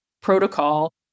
protocol